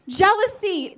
jealousy